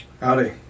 Howdy